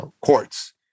courts